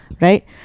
Right